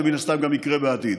זה מן הסתם גם יקרה בעתיד.